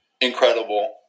Incredible